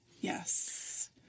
Yes